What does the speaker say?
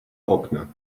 okna